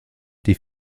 die